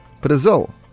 Brazil